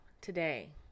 today